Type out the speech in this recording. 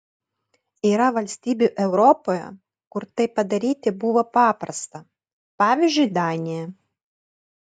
yra valstybių europoje kur tai padaryti buvo paprasta pavyzdžiui danija